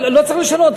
לא צריך לשנות,